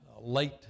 late